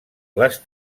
les